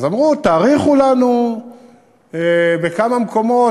ואז אמרו: תאריכו לנו בכמה מקומות.